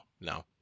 no